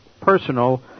personal